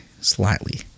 slightly